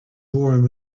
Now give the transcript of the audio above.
warm